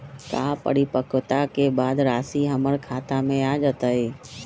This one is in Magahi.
का परिपक्वता के बाद राशि हमर खाता में आ जतई?